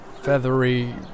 feathery